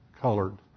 colored